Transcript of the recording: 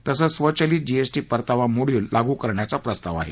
तसंच स्वचलित जीएसटी परतावा मोडयूल लागू करण्याचा प्रस्ताव आहे